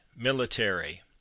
military